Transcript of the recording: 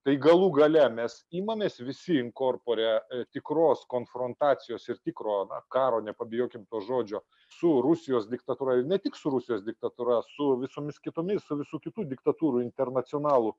tai galų gale mes imamės visi in korpore tikros konfrontacijos ir tikro na karo nepabijokim to žodžio su rusijos diktatūra ir ne tik su rusijos diktatūra su visomis kitomis su visų kitų diktatūrų internacionalų